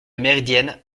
méridienne